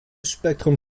spektrum